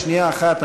שנייה אחת,